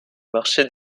marché